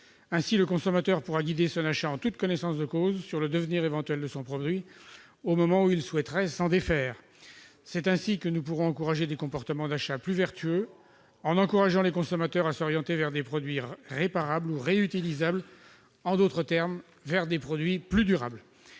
Ainsi, le consommateur pourra guider son achat en toute connaissance de cause quant au devenir éventuel dudit produit au moment où il souhaiterait s'en défaire. Nous pourrons de la sorte encourager des comportements d'achat plus vertueux, en incitant les consommateurs à s'orienter vers des produits réparables ou réutilisables, en d'autres termes vers des produits plus durables.